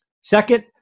Second